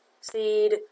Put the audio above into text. Seed